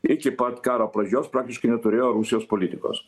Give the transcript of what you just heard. iki pat karo pradžios praktiškai neturėjo rusijos politikos